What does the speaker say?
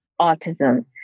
autism